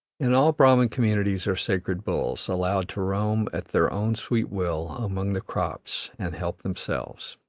in all brahman communities are sacred bulls, allowed to roam at their own sweet will among the crops and help themselves.